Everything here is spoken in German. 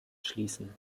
schließen